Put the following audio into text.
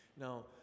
Now